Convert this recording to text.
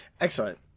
excellent